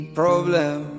problem